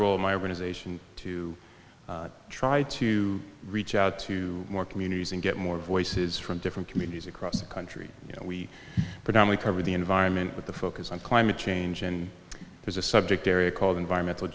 to try to reach out to more communities and get more voices from different communities across the country you know we can only cover the environment with the focus on climate change and there's a subject area called environmental